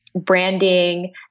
branding